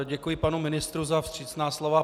Děkuji panu ministrovi za vstřícná slova.